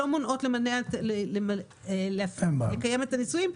לא מונעות לקיים את הניסויים,